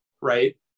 right